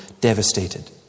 devastated